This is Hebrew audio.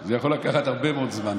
זה יכול לקחת הרבה מאוד זמן,